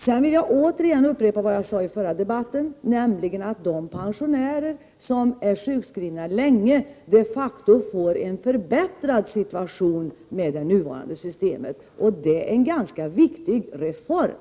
Sedan vill jag återigen upprepa vad jag sade i förra debatten, nämligen att de pensionärer som är sjukskrivna länge de facto får en förbättrad situation med det nuvarande systemet, och det är en ganska viktig reform.